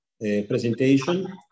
presentation